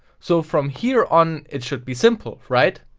so from here on it should be simple, right?